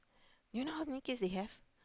do you know many kids they have